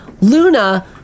Luna